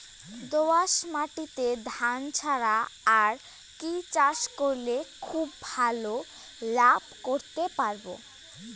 দোয়াস মাটিতে ধান ছাড়া আর কি চাষ করলে খুব ভাল লাভ করতে পারব?